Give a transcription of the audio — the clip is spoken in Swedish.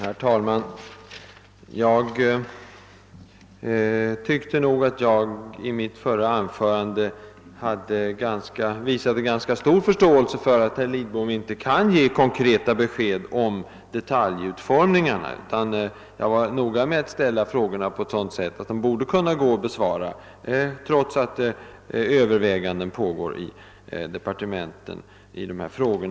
Herr talman! Jag tyckte att jag i mitt förra anförande visade ganska stor förståelse för att herr Lidbom inte kan ge konkreta besked beträffande detaljutformningarna. Jag var noga med att ställa frågorna på ett sådant sätt, att de borde kunna gå att besvara, trots att överväganden pågår i dessa frågor i departementen.